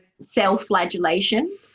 self-flagellation